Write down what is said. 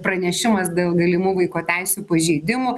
pranešimas dėl galimų vaiko teisių pažeidimų